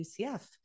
UCF